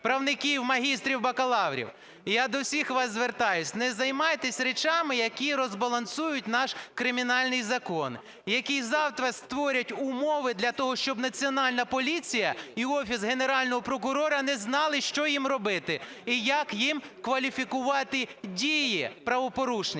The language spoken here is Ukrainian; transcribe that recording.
правників, магістрів, бакалаврів. Я до всіх вас звертаюся, не займайтеся речами, які розбалансують наш кримінальний закон, які завтра створять умови для того, щоб Національна поліція і Офіс Генерального прокурора не знали, що їм робити і як їм кваліфікувати дії правопорушників.